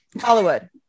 Hollywood